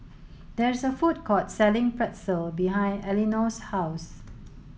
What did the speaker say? there is a food court selling Pretzel behind Elinore's house